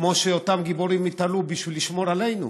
כמו שאותם גיבורים התעלו בשביל לשמור עלינו,